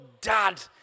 dad